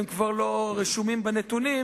והם כבר לא רשומים בנתונים.